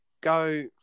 go